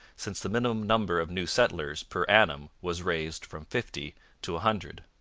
since the minimum number of new settlers per annum was raised from fifty to a hundred.